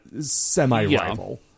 semi-rival